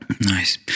Nice